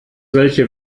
welche